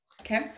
Okay